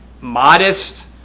modest